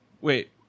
Wait